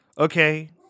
Okay